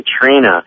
Katrina